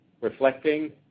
reflecting